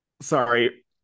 sorry